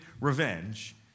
revenge